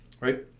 right